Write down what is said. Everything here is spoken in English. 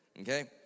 okay